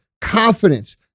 confidence